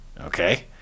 okay